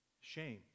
Shame